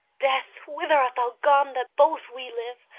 death, whither art thou gone, that both we live?